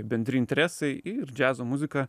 bendri interesai ir džiazo muzika